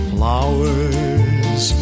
Flowers